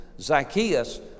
Zacchaeus